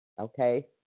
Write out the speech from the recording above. Okay